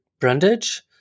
Brundage